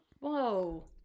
Whoa